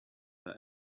that